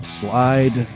slide